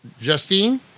Justine